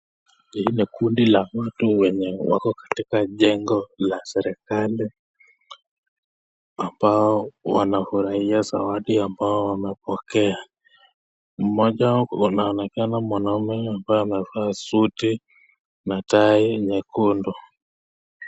Hii ni kundi la watu wenye wako katika jengo la serikali ambao wanafurahia zawadi ambao womepokea. Mmoja anaonekana mwanaume ambaye amevaa suti na tai nyekundu.